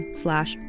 slash